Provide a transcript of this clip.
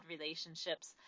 relationships